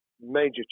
major